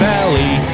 Valley